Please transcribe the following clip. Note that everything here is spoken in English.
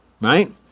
Right